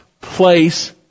place